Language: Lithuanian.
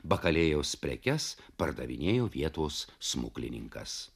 bakalėjos prekes pardavinėjo vietos smuklininkas